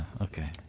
Okay